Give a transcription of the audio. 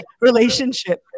relationship